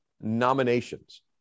nominations